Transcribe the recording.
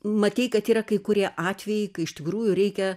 matei kad yra kai kurie atvejai kai iš tikrųjų reikia